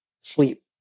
sleep